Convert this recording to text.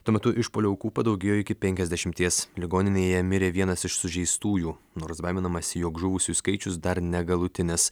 tuo metu išpuolio aukų padaugėjo iki penkiasdešimties ligoninėje mirė vienas iš sužeistųjų nors baiminamasi jog žuvusiųjų skaičius dar negalutinis